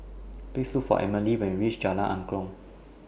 Please Look For Amelie when YOU REACH Jalan Angklong